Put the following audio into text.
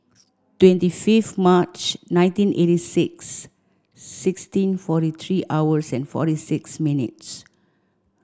twenty fifth March nineteen eighty six sixteen forty three hours and forty six minutes